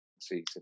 season